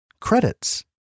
Credits